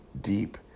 deep